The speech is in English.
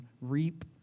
reap